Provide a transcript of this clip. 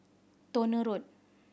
Towner Road